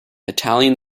italian